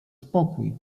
spokój